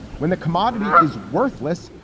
when the commodity is worthless,